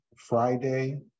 Friday